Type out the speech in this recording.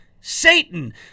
Satan